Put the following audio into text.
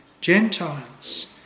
Gentiles